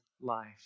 life